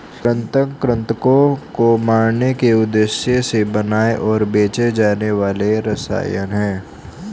कृंतक कृन्तकों को मारने के उद्देश्य से बनाए और बेचे जाने वाले रसायन हैं